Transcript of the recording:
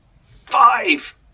five